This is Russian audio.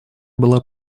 была